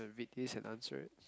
uh read this and answer it